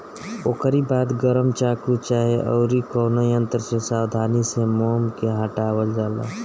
ओकरी बाद गरम चाकू चाहे अउरी कवनो यंत्र से सावधानी से मोम के हटावल जाला